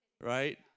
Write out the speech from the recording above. right